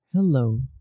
Hello